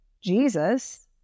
Jesus